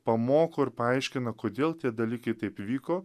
pamoko ir paaiškina kodėl tie dalykai taip vyko